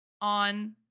on